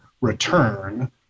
return